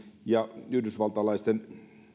ja yhdysvaltalaisten